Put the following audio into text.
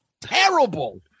terrible